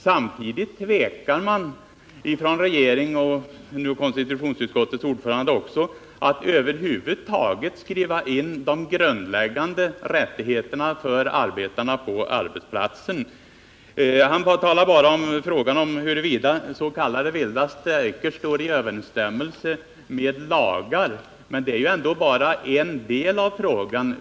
Samtidigt tvekar regeringen, och nu också konstitutionsutskottets ordförande, att i lag över huvud taget skriva in de grundläggande rättigheterna för arbetarna på arbetsplatsen. Han talade här bara om huruvida s.k. vilda strejker står i överensstämmelse med lagar, men det är ändå bara en del av frågan.